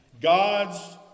God's